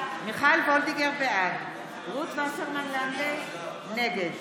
בעד רות וסרמן לנדה, נגד